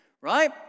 right